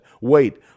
wait